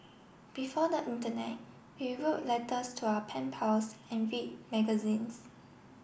before the internet we wrote letters to our pen pals and read magazines